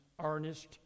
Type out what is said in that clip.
earnest